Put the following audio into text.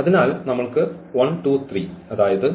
അതിനാൽ നമ്മൾക്ക് 1 2 3 അതായത്